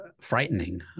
frightening